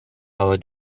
our